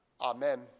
Amen